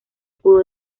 pudo